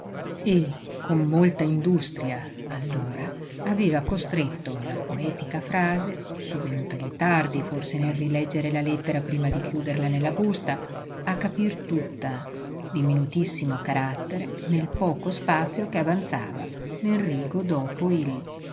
e con molta industria allora aveva costretto la poetica frase sovvenutagli tardi forse nel rileggere la lettera prima di chiuderla nella busta a capir tutta di minutissimo carattere nel poco spazio che avanzava nel rigo dopo il